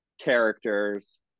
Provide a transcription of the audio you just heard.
characters